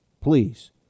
please